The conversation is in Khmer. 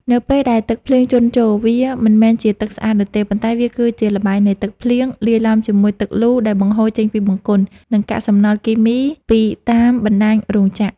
នៅពេលដែលទឹកភ្លៀងជន់ជោរ វាមិនមែនជាទឹកស្អាតនោះទេ ប៉ុន្តែវាគឺជាល្បាយនៃទឹកភ្លៀង លាយឡំជាមួយទឹកលូដែលបង្ហូរចេញពីបង្គន់ និងកាកសំណល់គីមីពីតាមបណ្តាញរោងចក្រ។